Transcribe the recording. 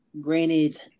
granted